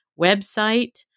website